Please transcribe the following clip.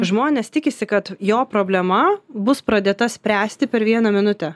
žmonės tikisi kad jo problema bus pradėta spręsti per vieną minutę